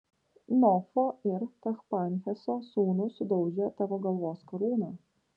nofo ir tachpanheso sūnūs sudaužė tavo galvos karūną